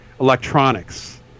electronics